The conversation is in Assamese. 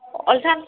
ওলাইছা